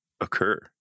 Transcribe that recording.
Occur